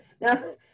No